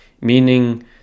meaning